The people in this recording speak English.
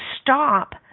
stop